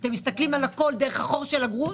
אתם מסתכלים על הכול דרך החור של הגרוש